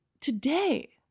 today